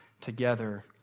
together